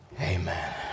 Amen